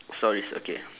stories okay